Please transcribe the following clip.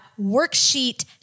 Worksheet